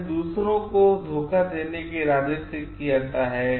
यह दूसरों को धोखा देने के इरादे से किया जाता है